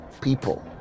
people